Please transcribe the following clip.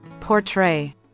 Portray